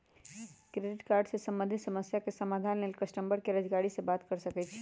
credit card से संबंधित समस्या के समाधान लेल कस्टमर केयर अधिकारी से बात कर सकइछि